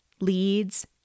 leads